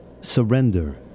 surrender